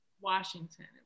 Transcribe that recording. Washington